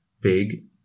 big